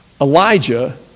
Elijah